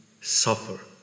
suffer